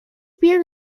beard